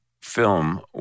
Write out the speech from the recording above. film